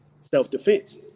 self-defense